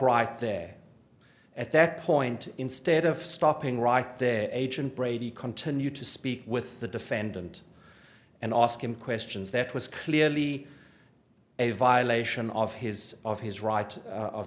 right there at that point instead of stopping right there agent brady continue to speak with the defendant and ask him questions that was clearly a violation of his of his right of